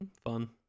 Fun